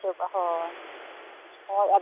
ᱪᱟᱵᱟᱜᱼᱟ ᱦᱳᱭ ᱦᱳᱭ ᱟᱫᱚ